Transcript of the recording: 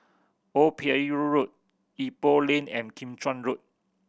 Old Pier Road Ipoh Lane and Kim Chuan Road